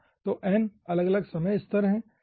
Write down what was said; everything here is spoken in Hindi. तो n अलग अलग समय स्तर हैं